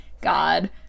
god